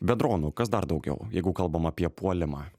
be dronų kas dar daugiau jeigu kalbam apie puolimą